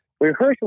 rehearsal